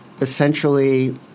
essentially